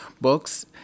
books